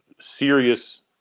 serious